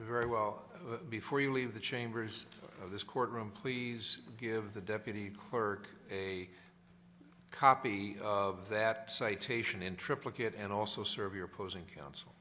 very well before you leave the chambers of this court room please give the deputy kirk a copy of that citation in triplicate and also serve your posing counsel